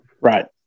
right